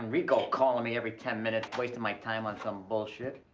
ricco calling me every ten minutes, wasting my time on some bullshit.